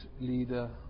leader